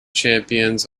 champions